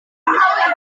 kemacetan